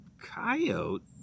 Coyote